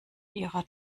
ihrer